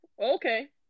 Okay